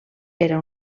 era